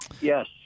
Yes